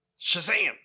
shazam